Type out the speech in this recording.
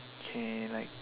K like